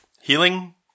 healing